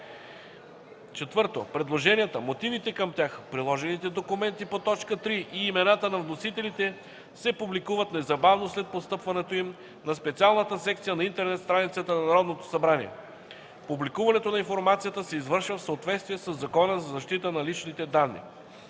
4. Предложенията, мотивите към тях, приложените документи по т. 3 и имената на вносителите се публикуват незабавно след постъпването им на специалната секция на интернет страницата на Народното събрание. Публикуването на информацията се извършва в съответствие със Закона за защита на личните данни.